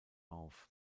auf